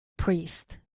priest